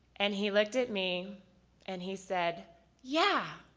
and he looked at me and he said yeah,